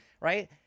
right